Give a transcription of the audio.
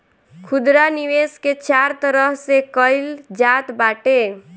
खुदरा निवेश के चार तरह से कईल जात बाटे